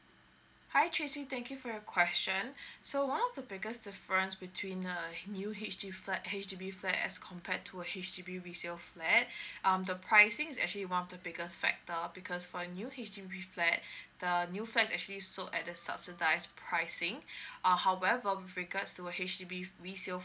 hi tracey thank you for your question so one of the biggest difference between uh new H_D_B flat H_D_B flat as compared to a H_D_B resale flat um the pricing is actually one of the biggest factor because for a new H_D_B flat the new flats actually sold at the subsidize pricing uh however with regards to a H_D_B resale